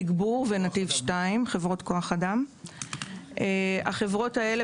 תגבור ונתיב 2. במסגרת ההסכם שלהן, החברות האלה